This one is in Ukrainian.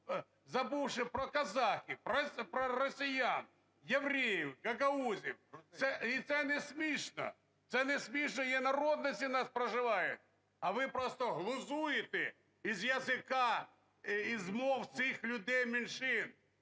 забувши про казахів, про росіян, євреїв, гагаузів, і це не смішно. Це не смішно. Є народності у нас проживають. А ви просто глузуєте із языка, із мов цих людей, меншин.